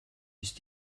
ist